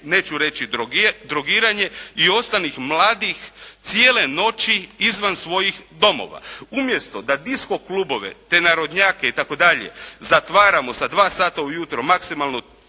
neću reći drogiranje i ostanak mladih cijele noći izvan svojih domova. Umjesto da disco klubove te narodnjake itd. zatvaramo sa 2 sata u jutro, maksimalno